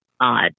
odd